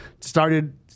started